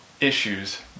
issues